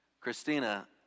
Christina